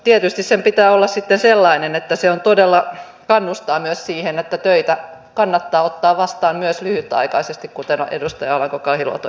tietysti sen pitää olla sitten sellainen että se todella myös kannustaa siihen että töitä kannattaa ottaa vastaan myös lyhytaikaisesti kuten edustaja alanko kahiluoto esitti